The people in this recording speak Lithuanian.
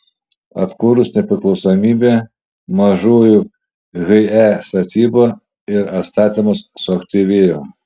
atkūrus nepriklausomybę mažųjų he statyba ir atstatymas suaktyvėjo